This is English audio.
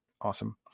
Awesome